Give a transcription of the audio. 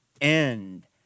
end